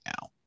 now